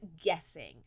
guessing